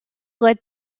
led